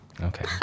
Okay